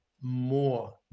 more